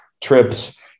trips